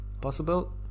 possible